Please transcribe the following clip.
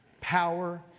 power